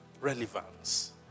relevance